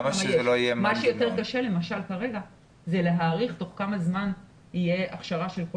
מה שיותר קשה כרגע זה למשל להעריך תוך כמה זמן תהיה הכשרה של כל